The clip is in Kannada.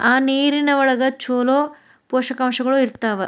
ಆ ನೇರಿನ ಒಳಗ ಚುಲೋ ಪೋಷಕಾಂಶಗಳು ಇರ್ತಾವ